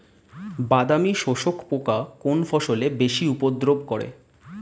বাদামি শোষক পোকা কোন ফসলে বেশি উপদ্রব করে?